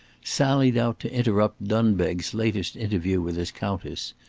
sallied out to interrupt dunbeg's latest interview with his countess,